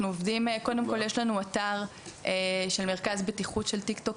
יש לנו אתר של מרכז הבטיחות של טיק-טוק,